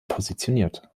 positioniert